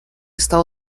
está